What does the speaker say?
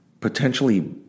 potentially